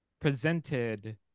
presented